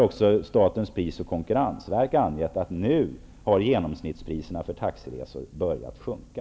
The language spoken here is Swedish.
Också Statens pris och konkurrensverk har angett att genomsnittspriserna för taxiresor nu har börjat sjunka.